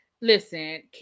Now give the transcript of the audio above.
Listen